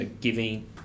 giving